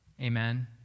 Amen